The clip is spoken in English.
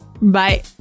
bye